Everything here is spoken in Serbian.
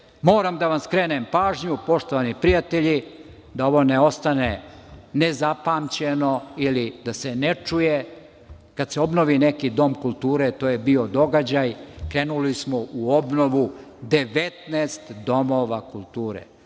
Moram da vam skrenem pažnju, poštovani prijatelji, da ovo ne ostane nezapamćeno ili da se ne čuje, kada se obnovi neki dom kulture to je bio događaj, krenuli smo u obnovu 19 domova kulture.